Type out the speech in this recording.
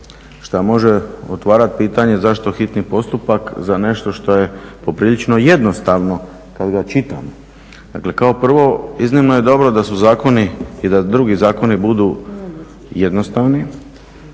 što može otvarati pitanje zašto hitni postupak za nešto što je poprilično jednostavno kad ga čitamo. Dakle, kao prvo, iznimno je dobro da su zakoni i da drugi zakoni budu jednostavni,